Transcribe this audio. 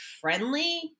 friendly